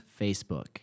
Facebook